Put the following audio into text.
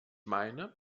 meine